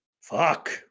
Fuck